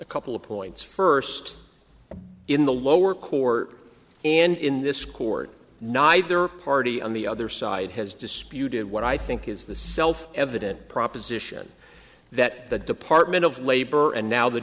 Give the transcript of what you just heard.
a couple of points first in the lower court and in this court neither party on the other side has disputed what i think is the self evident proposition that the department of labor and now the